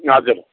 हजुर